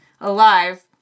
alive